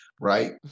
right